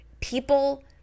people